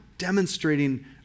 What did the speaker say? demonstrating